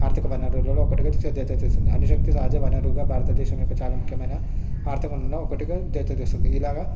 ఆర్థిక వనరులుగా ఒకటిగా సభ్యత చేసింది అను శక్తి సహజ వనరుగా భారతదేశం యొక్క చాలా ముఖ్యమైన ఆర్థికంలో ఒకటిగా జత చేస్తుంది ఇలాగ